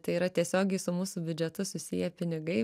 tai yra tiesiogiai su mūsų biudžetu susiję pinigai